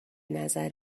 نظر